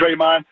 Draymond